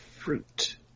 Fruit